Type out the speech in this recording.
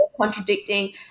contradicting